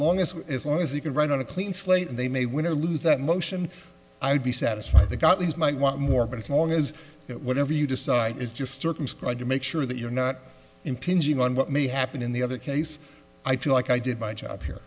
long as as long as he can run on a clean slate and they may win or lose that motion i would be satisfied they got these might want more but as long as whatever you decide is just circumscribed to make sure that you're not impinging on what may happen in the other case i feel like i did my job here